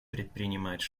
предпринимать